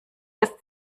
ist